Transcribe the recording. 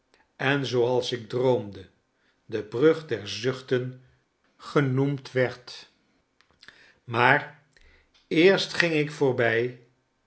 en zooals ik droomde de brug der zuchten genoemd werd maar eerst ging ik voorbij